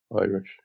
irish